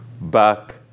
back